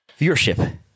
Viewership